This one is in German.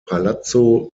palazzo